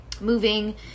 moving